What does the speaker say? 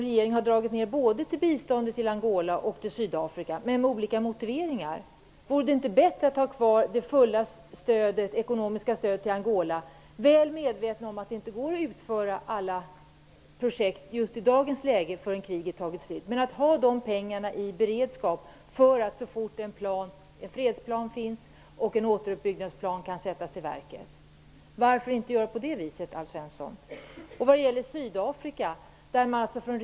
Regeringen har dragit ned biståndet till både Angola och Sydafrika, men med olika motiveringar. Vore det inte bättre att ha kvar det fulla ekonomiska stödet till Angola, väl medveten om att det inte går att utföra alla projekt just i dagens läge förrän kriget är över. Men ha pengarna i beredskap så att så fort en freds och återuppbyggnadsplan finns de kan sättas i verket! Varför inte göra så, Alf Svensson?